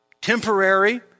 temporary